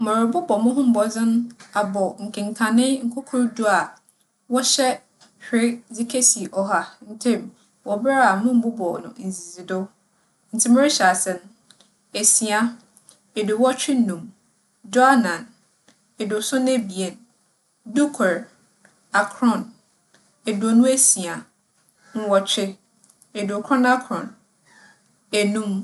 Morobͻbͻ moho mbͻdzen abͻ nkanee nkorkor du a wͻhyɛ hwee dze kesi ͻha ntamu wͻ ber a mommbobͻ no ndzidzido. Ntsi merehyɛ ase no, esia, eduowͻtwe enum, duanan, eduosuon ebien, dukor, akron, eduonu esia, nwͻtwe, eduokron akron, enum.